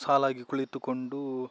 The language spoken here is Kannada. ಸಾಲಾಗಿ ಕುಳಿತುಕೊಂಡು